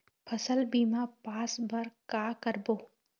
फसल बीमा पास बर का करबो?